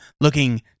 looking